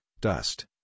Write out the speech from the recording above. dust